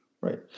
Right